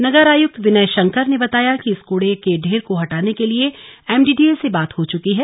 नगर आयुक्त विनय शंकर ने बताया कि इस कूड़े के ढेर को हटाने के लिए एमडीडीए से बात हो चुकी है